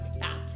fat